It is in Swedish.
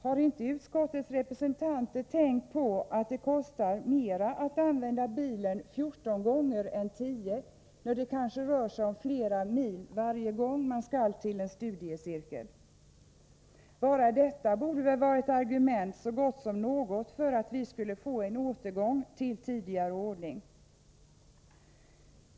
Har inte utskottets representanter tänkt på vad det kostar att använda bilen 14 gånger istället för 10, när det kanske rör sig om flera mil varje gång man skall till en studiecirkel? Bara detta är ett argument så gott som något för att vi skulle få en återgång till tidigare ordning.